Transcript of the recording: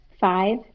five